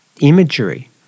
imagery